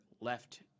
left